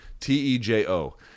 T-E-J-O